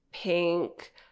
pink